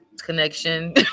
connection